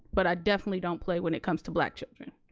but i definitely don't play when it comes to black children.